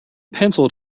pencil